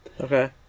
okay